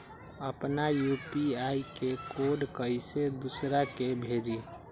अपना यू.पी.आई के कोड कईसे दूसरा के भेजी?